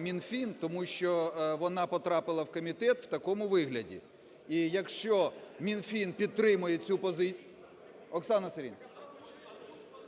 Мінфін, тому що вона потрапила в комітет в такому вигляді. І якщо Мінфін підтримує цю позицію… Оксана Сергіївна!